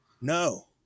No